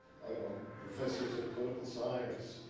i don't know, professors of political science,